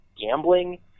gambling